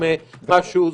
אדוני היושב-ראש,